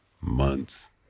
months